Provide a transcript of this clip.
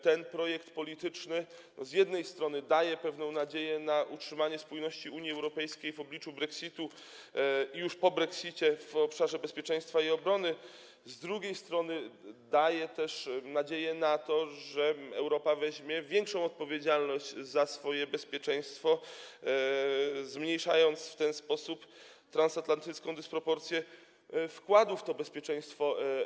Ten projekt polityczny z jednej strony daje pewną nadzieję na utrzymanie spójności Unii Europejskiej w obliczu brexitu i już po brexicie - w obszarze bezpieczeństwa i obrony, z drugiej strony daje też nadzieję na to, że Europa weźmie większą odpowiedzialność za swoje bezpieczeństwo, zmniejszając w ten sposób transatlantycką dysproporcję wkładu w to bezpieczeństwo.